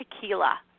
Tequila